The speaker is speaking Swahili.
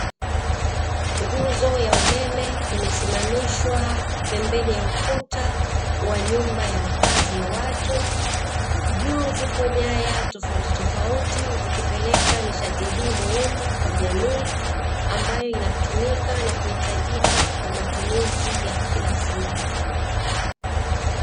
Nguzo ya umeme imesimamishwa pembeni ya ukuta wa nyumba ya makazi ya watu. Juu zipo nyaya tofautitofauti zikipeleka nishati hii muhimu kwa jamii ambayo inatumika na kuhitajika kwa matumizi ya kila siku.